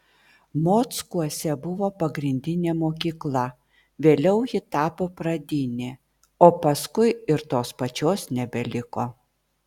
mockuose buvo pagrindinė mokykla vėliau ji tapo pradinė o paskui ir tos pačios nebeliko